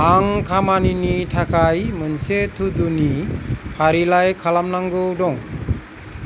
आं खामानिनि थाखाय मोनसे तु दु नि फारिलाइ खालामनांगौ दं